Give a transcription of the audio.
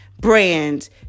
brands